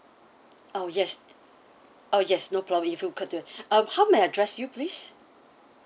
oh yes oh yes no problem if you could do um how may I address you please